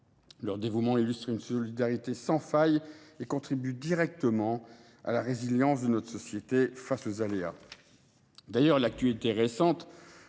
Leur dévouement illustre une solidarité sans faille et contribue directement à la résilience de notre société face aux aléas.